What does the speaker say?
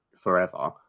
Forever